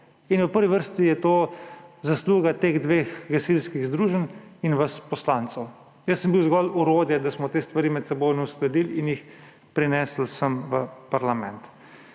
V prvi vrsti je to zasluga teh dveh gasilskih združenj in vas poslancev. Jaz sem bil zgolj orodje, da smo te stvari medsebojno uskladili in jih prinesli sem v parlament.